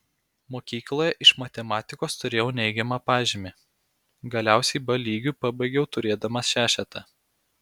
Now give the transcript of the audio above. mokykloje iš matematikos turėjau neigiamą pažymį galiausiai b lygiu pabaigiau turėdamas šešetą